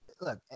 Look